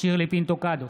שירלי פינטו קדוש,